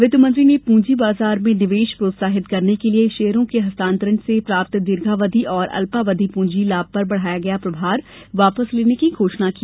वित्त मंत्री ने पूंजी बाजार में निवेश प्रोत्साहित करने के लिए शेयरों के हस्तांतरण से प्राप्त दीर्घावधि एवं अल्पावधि पूंजी लाभ पर बढ़ाया गया प्रभार वापस लेने की घोषणा की